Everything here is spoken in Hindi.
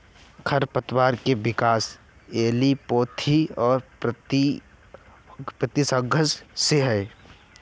खरपतवारों के विकास एलीलोपैथी और प्रतिस्पर्धा से है